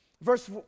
Verse